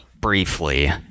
briefly